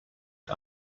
mit